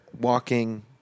walking